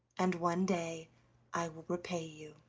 and one day i will repay you.